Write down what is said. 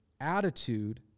attitude